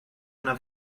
yno